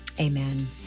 Amen